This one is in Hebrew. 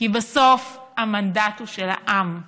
כי בסוף המנדט הוא של העם,